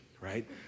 right